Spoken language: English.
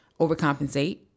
overcompensate